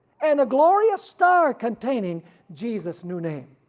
and a glorious star containing jesus new name.